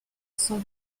son